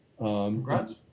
Congrats